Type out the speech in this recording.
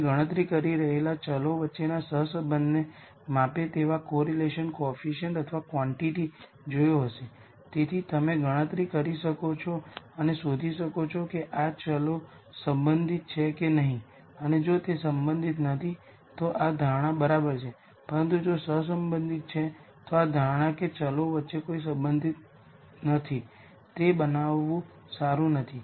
તેથી જ્યારે પણ λ છે લેમ્બડાસ એવા છે કે ત્યાં કોઈ આઇગન વૅલ્યુઝ નથી જે શૂન્ય છે એનો અર્થ એ કે a ફુલ રેન્ક મેટ્રિક્સ છે તેનો અર્થ એ કે ત્યાં કોઈ આઇગનવેક્ટર નથી જેથી a v 0 છે જેનો મૂળભૂત અર્થ એ છે કે નલ સ્પેસમાં કોઈ વેક્ટર નથી